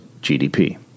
GDP